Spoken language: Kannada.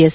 ಎಸ್